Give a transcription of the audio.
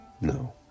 No